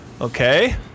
Okay